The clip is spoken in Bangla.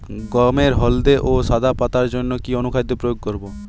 গমের হলদে ও সাদা পাতার জন্য কি অনুখাদ্য প্রয়োগ করব?